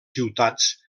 ciutats